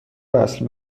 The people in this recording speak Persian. وصل